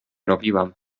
robiłam